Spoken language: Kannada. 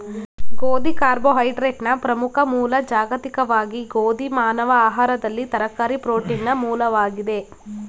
ಗೋಧಿ ಕಾರ್ಬೋಹೈಡ್ರೇಟ್ನ ಪ್ರಮುಖ ಮೂಲ ಜಾಗತಿಕವಾಗಿ ಗೋಧಿ ಮಾನವ ಆಹಾರದಲ್ಲಿ ತರಕಾರಿ ಪ್ರೋಟೀನ್ನ ಮೂಲವಾಗಿದೆ